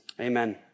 amen